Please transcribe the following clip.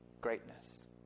greatness